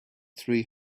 three